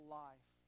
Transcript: life